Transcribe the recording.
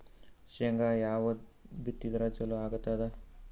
ಶೇಂಗಾ ಯಾವದ್ ಬಿತ್ತಿದರ ಚಲೋ ಆಗತದ?